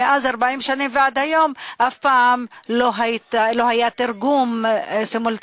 מלפני 40 שנה ועד היום אף פעם לא היה תרגום סימולטני.